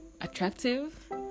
attractive